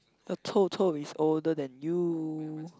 the 臭臭 is older than you